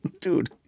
dude